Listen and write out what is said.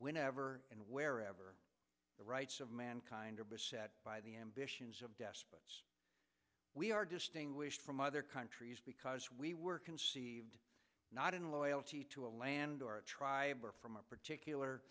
whenever and wherever the rights of mankind or beset by the ambitions of despots we are distinguished from other countries because we were conceived not in loyalty to a land or a tribe or from a particular